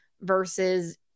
versus